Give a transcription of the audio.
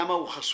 למה הוא חסוי.